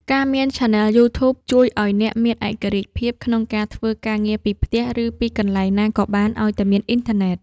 ការមានឆានែលយូធូប ជួយឱ្យអ្នកមានឯករាជ្យភាពក្នុងការធ្វើការងារពីផ្ទះ ឬពីកន្លែងណាក៏បានឱ្យតែមានអ៊ីនធឺណិត។